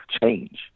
change